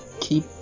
keep